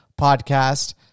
podcast